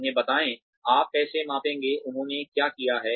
उन्हें बताएं आप कैसे मापेंगे उन्होंने क्या किया है